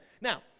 Now